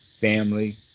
family